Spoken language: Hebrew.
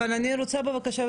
אבל אני רוצה בבקשה,